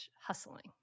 hustling